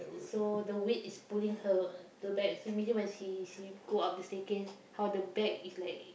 so the weight is pulling her the bag so imagine when she she go up the staircase how the bag is like